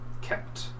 kept